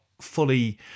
fully